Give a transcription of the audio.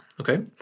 okay